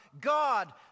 God